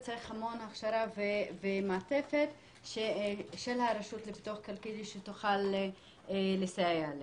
צריך המון הכשרה ומעטפת של הרשות לפיתוח כלכלי שתוכל לסייע לה.